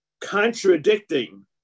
contradicting